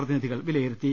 പ്രതിനിധികൾ വിലയിരുത്തി